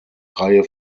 reihe